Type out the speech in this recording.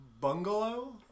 bungalow